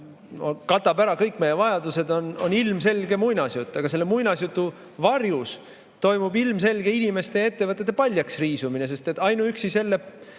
katab ära kõik meie vajadused, on ilmselge muinasjutt. Selle muinasjutu varjus toimub ilmselge inimeste ja ettevõtete paljaksriisumine, sest ainuüksi selle